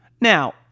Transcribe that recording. now